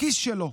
בכיס שלו.